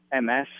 MS